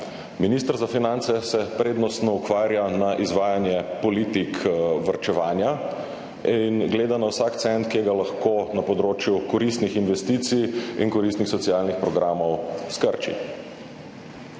Minister za finance se prednostno ukvarja z izvajanjem politik varčevanja in gleda na vsak cent, kje ga lahko na področju koristnih investicij in koristnih socialnih programov skrči.